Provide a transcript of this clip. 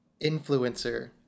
Influencer